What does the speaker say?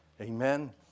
Amen